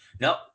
no